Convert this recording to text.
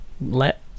let